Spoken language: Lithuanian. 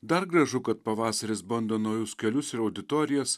dar gražu kad pavasaris bando naujus kelius ir auditorijas